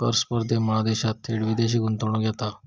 कर स्पर्धेमुळा देशात थेट विदेशी गुंतवणूक येता